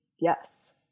Yes